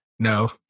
No